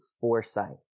foresight